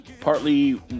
partly